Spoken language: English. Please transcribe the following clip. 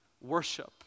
worship